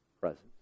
presence